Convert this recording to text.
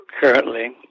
currently